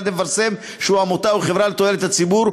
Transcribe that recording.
על-ידי מפרסם שהוא עמותה או חברה לתועלת הציבור,